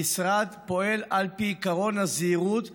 המשרד פועל על פי עקרון הזהירות המונעת,